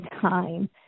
time